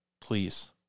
Please